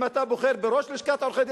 אם אתה בוחר בראש לשכת עורכי-הדין,